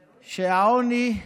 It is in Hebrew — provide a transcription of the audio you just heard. שהעוני,